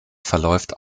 verläuft